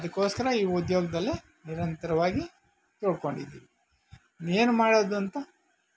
ಅದಕ್ಕೋಸ್ಕರ ಈ ಉದ್ಯೋಗದಲ್ಲೇ ನಿರಂತರವಾಗಿ ಕೊಂಡಿದ್ದೀವಿ ಏನು ಮಾಡೋದು ಅಂತ